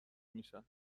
میشن